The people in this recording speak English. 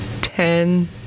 ten